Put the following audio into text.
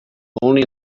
only